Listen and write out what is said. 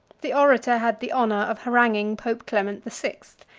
the orator had the honor of haranguing pope clement the sixth,